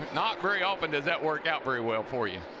not very often does that work out very well for your.